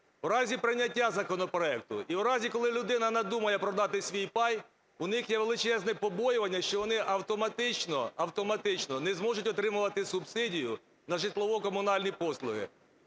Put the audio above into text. У разі прийняття законопроекту і в разі, коли людина надумає продати свій пай, у них є величезне побоювання, що вони автоматично не зможуть отримувати субсидію на житлово-комунальні послуги.